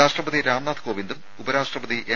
രാഷ്ട്രപതി രാംനാഥ് കോവിന്ദും ഉപരാഷ്ട്രപതി എം